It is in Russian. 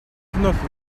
вновь